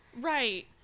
right